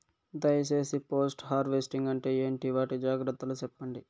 దయ సేసి post harvesting అంటే ఏంటి? వాటి జాగ్రత్తలు సెప్పండి?